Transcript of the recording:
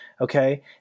okay